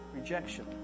Rejection